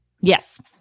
Yes